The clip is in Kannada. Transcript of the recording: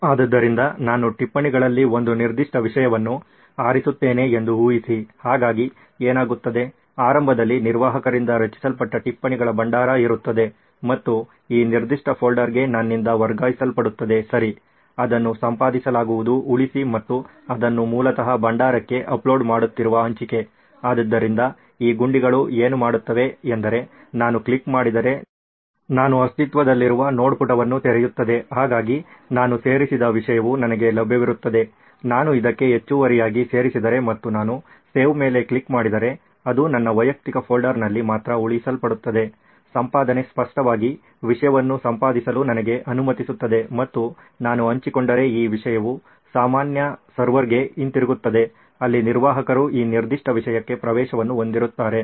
ಆದ್ದರಿಂದ ನಾನು ಟಿಪ್ಪಣಿಗಳಲ್ಲಿ ಒಂದು ನಿರ್ದಿಷ್ಟ ವಿಷಯವನ್ನು ಆರಿಸುತ್ತೇನೆ ಎಂದು ಊಹಿಸಿ ಹಾಗಾಗಿ ಏನಾಗುತ್ತದೆ ಆರಂಭದಲ್ಲಿ ನಿರ್ವಾಹಕರಿಂದ ರಚಿಸಲ್ಪಟ್ಟ ಟಿಪ್ಪಣಿಗಳ ಭಂಡಾರ ಇರುತ್ತದೆ ಮತ್ತು ಈ ನಿರ್ದಿಷ್ಟ ಫೋಲ್ಡರ್ಗೆ ನನ್ನಿಂದ ವರ್ಗಾಯಿಸಲ್ಪಡುತ್ತದೆ ಸರಿ ಅದನ್ನು ಸಂಪಾದಿಸಲಾಗುವುದು ಉಳಿಸಿ ಮತ್ತು ಅದನ್ನು ಮೂಲತಃ ಭಂಡಾರಕ್ಕೆ ಅಪ್ಲೋಡ್ ಮಾಡುತ್ತಿರುವ ಹಂಚಿಕೆ ಆದ್ದರಿಂದ ಈ ಗುಂಡಿಗಳು ಏನು ಮಾಡುತ್ತವೆ ಎಂದರೆ ನಾನು ಕ್ಲಿಕ್ ಮಾಡಿದರೆ ನಾನು ಅಸ್ತಿತ್ವದಲ್ಲಿರುವ ನೋಡ್ ಪುಟವನ್ನು ತೆರೆಯುತ್ತದೆ ಹಾಗಾಗಿ ನಾನು ಸೇರಿಸಿದ ವಿಷಯವು ನನಗೆ ಲಭ್ಯವಿರುತ್ತದೆ ನಾನು ಇದಕ್ಕೆ ಹೆಚ್ಚುವರಿಯಾಗಿ ಸೇರಿಸಿದರೆ ಮತ್ತು ನಾನು ಸೇವ್ ಮೇಲೆ ಕ್ಲಿಕ್ ಮಾಡಿದರೆ ಅದು ನನ್ನ ವೈಯಕ್ತಿಕ ಫೋಲ್ಡರ್ನಲ್ಲಿ ಮಾತ್ರ ಉಳಿಸಲ್ಪಡುತ್ತದೆ ಸಂಪಾದನೆ ಸ್ಪಷ್ಟವಾಗಿ ವಿಷಯವನ್ನು ಸಂಪಾದಿಸಲು ನನಗೆ ಅನುಮತಿಸುತ್ತದೆ ಮತ್ತು ನಾನು ಹಂಚಿಕೊಂಡರೆ ಈ ವಿಷಯವು ಸಾಮಾನ್ಯ ಸರ್ವರ್ಗೆ ಹಿಂತಿರುಗುತ್ತದೆ ಅಲ್ಲಿ ನಿರ್ವಾಹಕರು ಈ ನಿರ್ದಿಷ್ಟ ವಿಷಯಕ್ಕೆ ಪ್ರವೇಶವನ್ನು ಹೊಂದಿರುತ್ತಾರೆ